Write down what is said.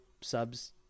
subs